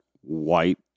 white